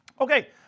Okay